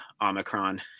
Omicron